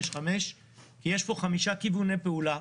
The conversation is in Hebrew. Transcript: כי יש פה חמישה כיווני פעולה,